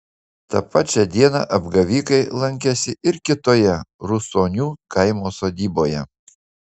tą pačią dieną apgavikai lankėsi ir kitoje rusonių kaimo sodyboje